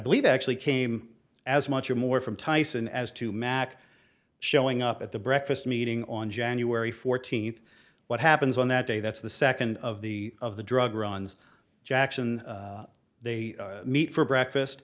believe actually came as much or more from tyson as to mack showing up at the breakfast meeting on january fourteenth what happens on that day that's the second of the of the drug runs jackson they meet for breakfast